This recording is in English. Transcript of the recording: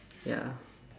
ya